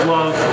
Love